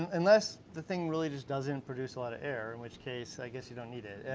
unless the thing really just doesn't produce a lot of air, in which case i guess you don't need it.